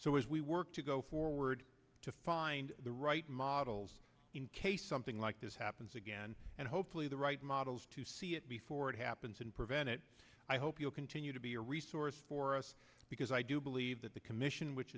so as we work to go forward to find the right models in case something like this happens again and hopefully the right models to see it before it happens and prevent it i hope you'll continue to be a resource for us because i do believe that the commission which